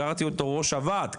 קראתי לו ראש הוועד,